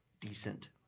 decent